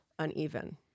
uneven